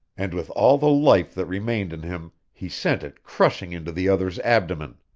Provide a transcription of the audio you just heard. and with all the life that remained in him he sent it crushing into the other's abdomen.